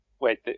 Wait